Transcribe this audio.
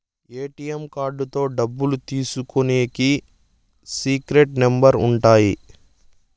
ATM కార్డుతో డబ్బులు తీసుకునికి సీక్రెట్ నెంబర్లు ఉంటాయి